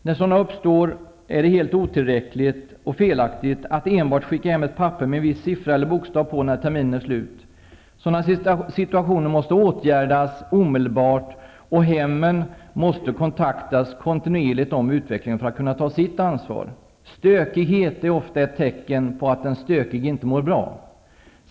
När sådana uppstår är det helt otillräckligt och felaktigt att enbart skicka hem ett papper med en viss siffra eller bokstav på när terminen är slut. Sådana situationer måste åtgärdas omedelbart, och hemmen måste kontaktas kontinuerligt om utvecklingen för att kunna ta sitt ansvar. Stökighet är ofta ett tecken på att den stökige inte mår bra.